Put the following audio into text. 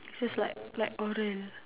just like like oral like that